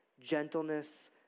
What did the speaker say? gentleness